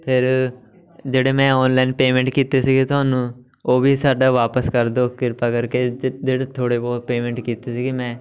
ਫਿਰ ਜਿਹੜੇ ਮੈਂ ਔਨਲਾਈਨ ਪੇਮੈਂਟ ਕੀਤੇ ਸੀਗੇ ਤੁਹਾਨੂੰ ਉਹ ਵੀ ਸਾਡਾ ਵਾਪਸ ਕਰ ਦਿਉ ਕਿਰਪਾ ਕਰਕੇ ਜ ਜਿਹੜੇ ਥੋੜ੍ਹੇ ਬਹੁਤ ਪੇਮੈਂਟ ਕੀਤੀ ਸੀਗੀ ਮੈਂ